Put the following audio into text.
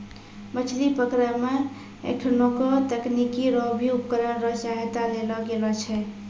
मछली पकड़ै मे एखुनको तकनीकी रो भी उपकरण रो सहायता लेलो गेलो छै